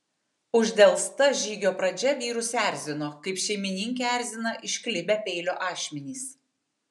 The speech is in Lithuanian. uždelsta žygio pradžia vyrus erzino kaip šeimininkę erzina išklibę peilio ašmenys